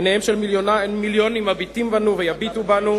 עיניהם של מיליונים מביטים בנו ויביטו בנו,